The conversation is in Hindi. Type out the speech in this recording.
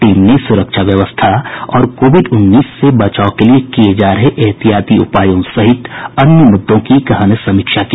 टीम ने सुरक्षा व्यवस्था और कोविड उन्नीस से बचाव के लिए किये जा रहे एहतियाती उपायों सहित अन्य मुद्दों की गहन समीक्षा की